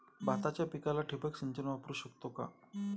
भाताच्या पिकाला ठिबक सिंचन वापरू शकतो का?